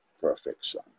perfection